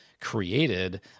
created